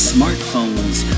Smartphones